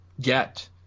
get